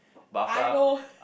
I know